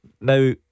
Now